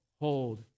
hold